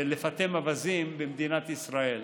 לפטם אווזים במדינת ישראל.